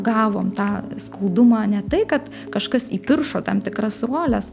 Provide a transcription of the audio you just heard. gavom tą skaudumą ne tai kad kažkas įpiršo tam tikras roles